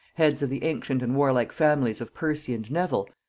heads of the ancient and warlike families of percy and nevil,